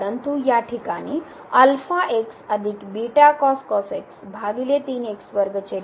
परंतु या ठिकाणी लिमिट 1 येईल